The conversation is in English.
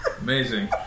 Amazing